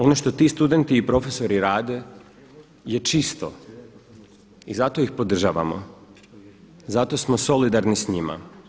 Ono što ti studenti i profesori rade je čisto i zato ih podržavamo, zato smo solidarni s njima.